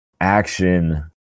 action